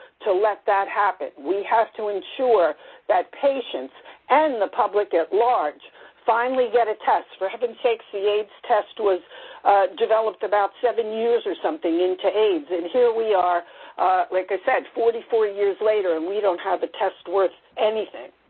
to let that happen. we have to ensure that patients and the public at large finally get a test. for heaven's sake, so the aids test was developed about seven years or something into aids, and here we are, like i said, forty four years later, and we don't have a test worth anything.